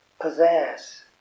possess